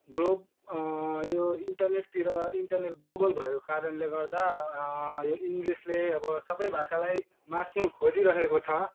globe यो इन्टर्नेटतिर internet global भएको कारणले गर्दा यो इङ्ग्लिसले अब सबै भाषालाई मास्नु खोजिरहेको छ